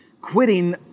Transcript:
quitting